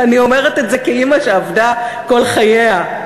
ואני אומרת את זה כאימא שעבדה כל חייה,